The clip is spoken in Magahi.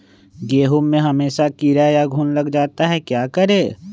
गेंहू में हमेसा कीड़ा या घुन लग जाता है क्या करें?